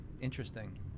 interesting